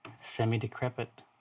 Semi-decrepit